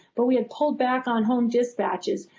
but we and pulled back on home dispatches.